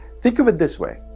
think of it this way,